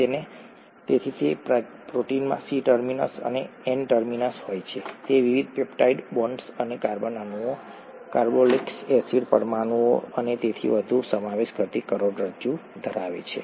તેથી પ્રોટીનમાં C terminus અને એન ટર્મિનસ હોય છે તે વિવિધ પેપ્ટાઇડ બોન્ડ્સ અને કાર્બન અણુઓ કાર્બોક્સિલિક એસિડ પરમાણુઓ અને તેથી વધુનો સમાવેશ કરતી કરોડરજ્જુ ધરાવે છે